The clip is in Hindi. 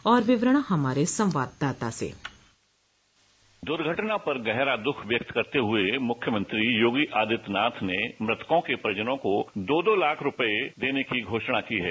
और विवरण हमारे संवाददाता से डिस्पैच दुर्घटना पर गहरा दुख व्यक्त करते हुए मुख्यमंत्री योगी आदित्यनाथ ने मृतकों के परिजनों को दो दो लाख रुपये देने की घोषणा की है